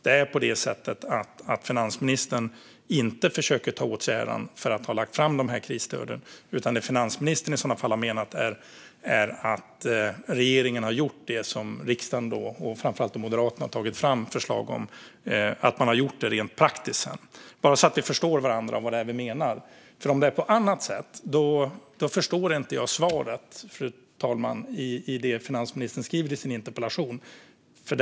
Det är på det sättet att finansministern inte försöker ta åt sig äran för att ha lagt fram dessa krisstöd. Det finansministern i så fall har menat är att regeringen har gjort det som riksdagen och framför allt Moderaterna har tagit fram förslag om. Man har gjort det rent praktiskt sedan - bara så att vi förstår varandra och vad vi menar. Om det är på annat sätt förstår jag inte det finansministern säger i sitt interpellationssvar, fru talman.